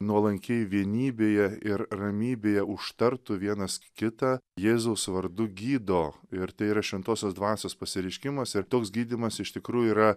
nuolankiai vienybėje ir ramybėje užtartų vienas kitą jėzaus vardu gydo ir tai yra šventosios dvasios pasireiškimas ir toks gydymas iš tikrųjų yra